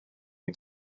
ein